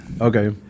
Okay